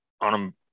on